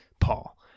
Paul